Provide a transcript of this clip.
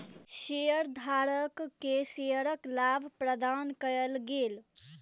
शेयरधारक के शेयरक लाभ प्रदान कयल गेल